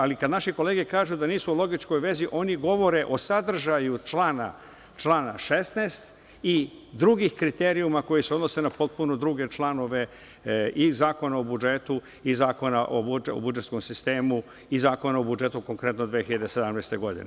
Ali, kad naše kolege kažu da nisu u logičkoj vezi, oni govore o sadržaju člana 16. i drugih kriterijuma koji se odnose na potpuno druge članove i Zakona o budžetu i Zakona o budžetskom sistemu i Zakona o budžetu konkretno 2017. godine.